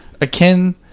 akin